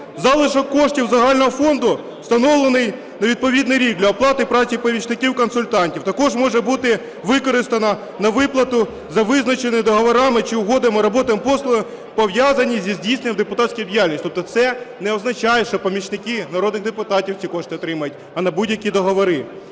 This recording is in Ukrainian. залишок коштів з загального фонду, встановлений на відповідний рік для оплати праці помічників-консультантів, також може бути використано на виплату за визначеними договорами чи угодами роботи і послуги, пов'язані зі здійсненням депутатської діяльності. Тобто це не означає, що помічники народних депутатів ці кошти отримають, а на будь-які договори.